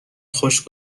خوش